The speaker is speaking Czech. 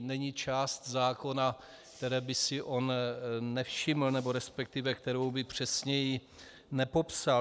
Není část zákona, které by si on nevšiml, nebo resp. kterou by přesněji nepopsal.